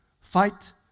fight